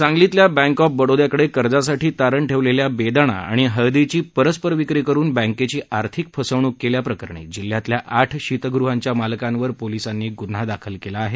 सांगलीतल्या bank of बडोद्याकडे कर्जासाठी तारण ठेवलेल्या बेदाणा आणि हळदीची परस्पर विक्री करून बँकेची आर्थिक फसवणूक केल्याप्रकरणी जिल्ह्यातल्या आठ शितगृहांच्या मालकांवर पोलीसांनी गुन्हा दाखल केला आहे